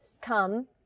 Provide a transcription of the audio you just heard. come